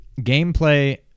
Gameplay